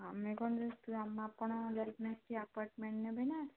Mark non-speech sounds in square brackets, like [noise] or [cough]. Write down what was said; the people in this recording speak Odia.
ଆମେ କ'ଣ ଯେ [unintelligible] ଆମେ ଆପଣ [unintelligible] ସିଏ ଆପାର୍ଟମେଣ୍ଟ ନେବେନା